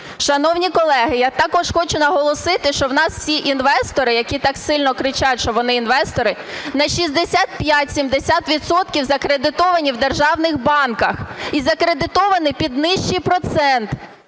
Шановні колеги, я також хочу наголосити, що в нас всі інвестори, які так сильно кричать, що вони інвестори, на 65-75 відсотків закредитовані в державних банках і закредитовані під нижчий процент,